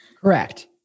Correct